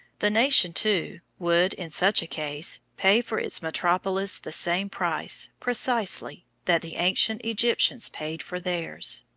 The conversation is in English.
the nation, too, would, in such a case, pay for its metropolis the same price, precisely that the ancient egyptians paid for theirs.